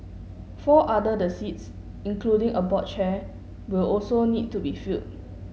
four other the seats including a board chair will also need to be filled